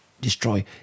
destroy